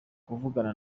kuvugana